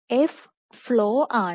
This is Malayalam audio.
F ഫ്ലോ ആണ്